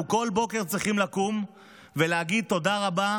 כל בוקר אנחנו צריכים לקום ולהגיד תודה רבה